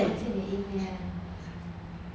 哦见你一面